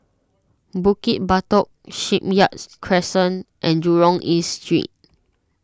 Bukit Batok Shipyard Crescent and Jurong East Street